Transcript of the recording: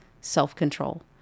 self-control